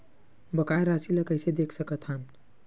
बकाया राशि ला कइसे देख सकत हान?